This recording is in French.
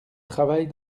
travaille